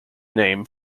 name